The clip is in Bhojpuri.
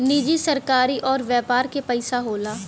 निजी सरकारी अउर व्यापार के पइसा होला